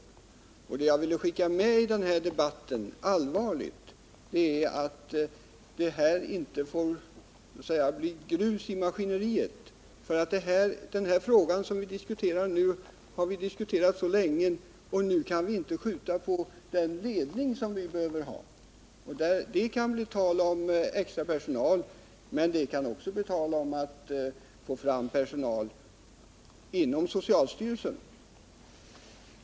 Det jag allvarligt vill skicka med i denna debatt är att det inte får bli grus i maskineriet. Den fråga som vi nu diskuterar har vi diskuterat så länge, och nu kan vi inte längre skjuta upp spörsmålet om den ledning som vi behöver ha. Det kan bli tal om extra personal, men det kan också bli tal om att få fram personal inom socialstyrelsen.